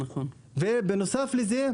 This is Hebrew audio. בנוסף לכך,